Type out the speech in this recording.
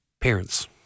Parents